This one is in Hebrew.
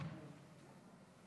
אדוני היושב-ראש,